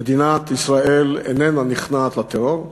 מדינת ישראל איננה נכנעת לטרור.